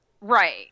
Right